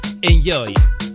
ENJOY